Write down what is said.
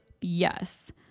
yes